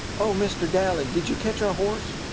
oh, mr. daly, did you catch our horse?